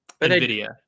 NVIDIA